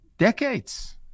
Decades